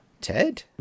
Ted